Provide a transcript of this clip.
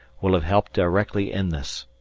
will have helped directly in this!